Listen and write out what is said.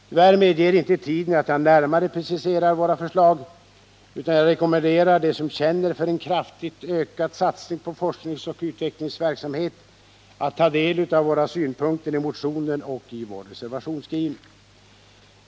Tyvärr medger inte tiden att jag närmare preciserar våra förslag, utan jag rekommenderar dem som känner för en kraftigt ökad satsning på forskningsoch utvecklingsverksamhet att ta del av våra synpunkter i motionen och i vår reservationsskrivning.